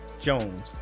Jones